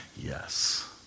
Yes